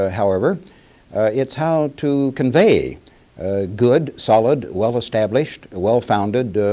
ah however it's how to convey a good, solid, well-established, well founded,